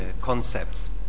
concepts